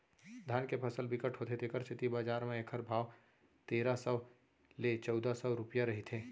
धान के फसल बिकट होथे तेखर सेती बजार म एखर भाव तेरा सव ले चउदा सव रूपिया रहिथे